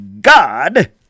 God